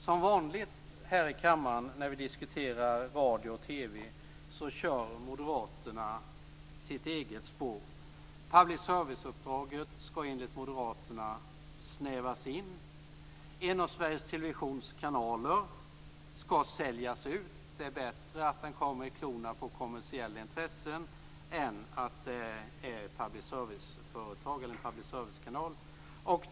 Som vanligt när vi diskuterar radio och TV i kammaren kör Moderaterna sitt eget spår. Public service-uppdraget skall enligt Moderaterna snävas in. En av Sveriges Televisions kanaler skall säljas ut. Det är bättre att den kommer i klorna på kommersiella intressen än att den blir en public service-kanal.